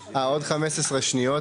עוד 15 שניות.